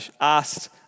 asked